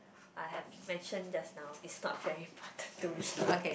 I have mentioned just now it's not very important to me